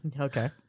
Okay